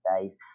days